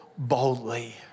Boldly